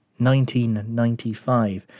1995